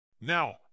Now